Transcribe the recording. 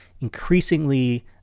increasingly